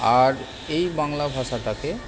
আর এই বাংলা ভাষাটাকে